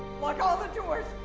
lock all the doors.